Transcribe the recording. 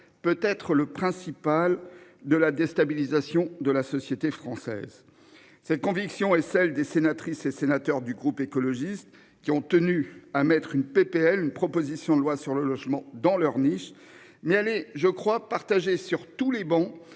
peut être le principal de la déstabilisation de la société française, cette conviction et celle des sénatrices et sénateurs du groupe écologiste qui ont tenu à mettre une PPL une proposition de loi sur le logement dans leur niche mais elle est je crois partagé sur tous les bancs